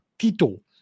Tito